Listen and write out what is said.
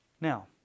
Now